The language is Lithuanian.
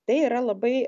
tai yra labai